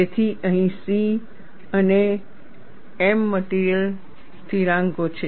તેથી અહીં C અને m મટિરિયલ સ્થિરાંકો છે